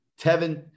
Tevin